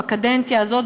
בקדנציה הזאת,